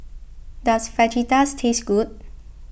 does Fajitas taste good